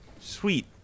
sweet